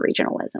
regionalism